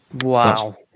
wow